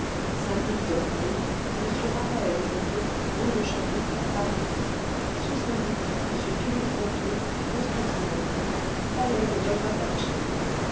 syndic de la faillite m raphaël ponto rue de cliatou à paris sous syndic m philippe ponto à constantinople palais de